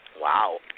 Wow